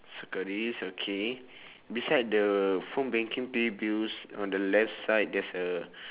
circle this okay beside the phone banking pay bills on the left side there's a